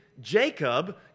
Jacob